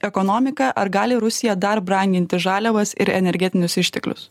ekonomiką ar gali rusija dar branginti žaliavas ir energetinius išteklius